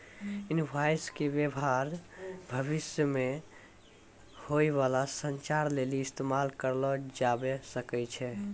invoice के व्य्वहार भविष्य मे होय बाला संचार लेली इस्तेमाल करलो जाबै सकै छै